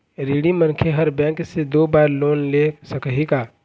ऋणी मनखे हर बैंक से दो बार लोन ले सकही का?